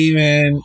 man